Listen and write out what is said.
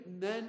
men